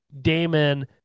Damon